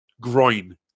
groin